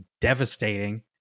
devastating